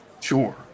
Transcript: Sure